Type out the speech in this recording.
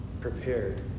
prepared